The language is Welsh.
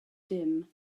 dim